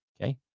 okay